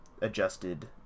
adjusted